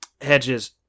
hedges